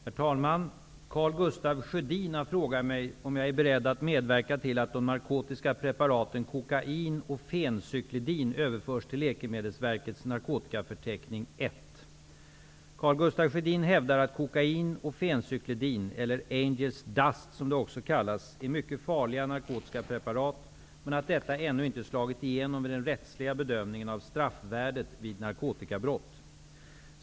Herr talman! Karl Gustaf Sjödin har frågat mig om jag är beredd att medverka till att de narkotiska preparaten kokain och fencyklidin överförs till Karl Gustaf Sjödin hävdar att kokain och fencyklidin, eller Angels dust som det också kallas, är mycket farliga narkotiska preparat men att detta ännu inte slagit igenom vid den rättsliga bedömningen av straffvärdet vid narkotikabrott.